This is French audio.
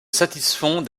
satisfont